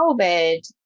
COVID